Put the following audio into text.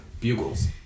Bugles